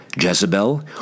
Jezebel